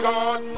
God